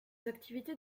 activités